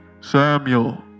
Samuel